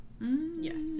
Yes